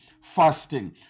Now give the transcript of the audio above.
fasting